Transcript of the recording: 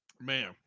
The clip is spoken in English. Man